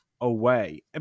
away